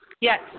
Yes